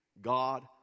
God